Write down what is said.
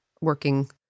working